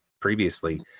previously